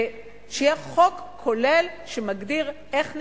ושיהיה חוק כולל שמגדיר איך נכנסים,